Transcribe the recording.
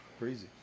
crazy